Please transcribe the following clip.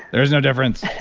there's no difference.